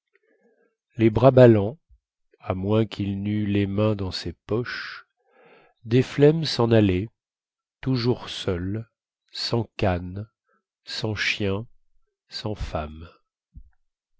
les bras ballants à moins quil neût les mains dans ses poches desflemmes sen allait toujours seul sans canne sans chien sans femme